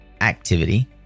activity